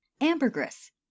Ambergris